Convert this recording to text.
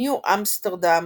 ניו אמסטרדאם,